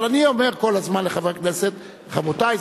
אבל אני אומר כל הזמן לחברי כנסת: רבותי,